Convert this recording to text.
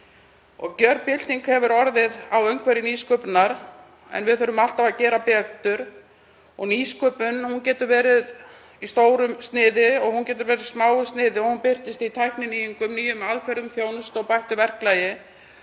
Gjörbylting hefur orðið á umhverfi nýsköpunar, en við þurfum alltaf að gera betur. Nýsköpun getur verið með stóru sniði og hún getur verið með smáu sniði. Hún birtist í tækninýjungum, nýjum aðferðum, þjónustu og bættu verklagi.